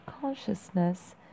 consciousness